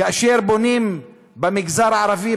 כאשר בונים במגזר הערבי,